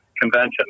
convention